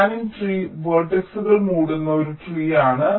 spanning tree വേർട്ടക്സുകൾ മൂടുന്ന ഒരു ട്രീ ആണ്